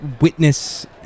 witness